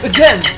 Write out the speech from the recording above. Again